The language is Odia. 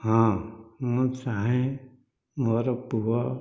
ହଁ ମୁଁ ଚାହେଁ ମୋର ପୁଅ